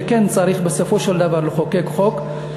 שכן צריך בסופו של דבר לחוקק חוק,